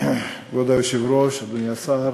כבוד היושב-ראש, אדוני השר,